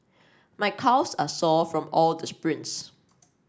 my calves are sore from all the sprints